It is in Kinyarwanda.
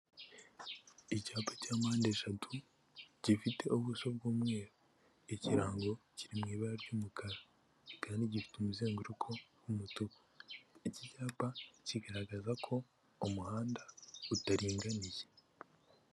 Icyapa cya mpande eshatu gifite ubuso bw'umweru, ikirango kiri mu ibara ry'umukara, kandi gifite umuzenguruko w'umutuku, iki cyapa kigaragaza ko umuhanda utaringaniye.